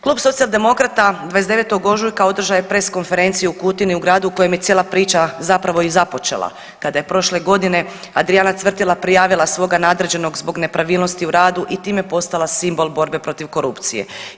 Klub Socijaldemokrata 29. ožujka održao je press konferenciju u Kutini u gradu u kojem je cijela priča zapravo i započela kada je prošle godine Adrijana Cvrtila prijavila svoga nadređenog zbog nepravilnosti u radu i time postala simbol borbe protiv korupcije.